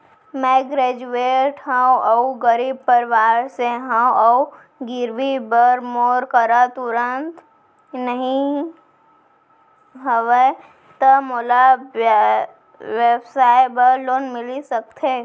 मैं ग्रेजुएट हव अऊ गरीब परवार से हव अऊ गिरवी बर मोर करा तुरंत नहीं हवय त मोला व्यवसाय बर लोन मिलिस सकथे?